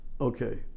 Okay